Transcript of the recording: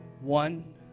one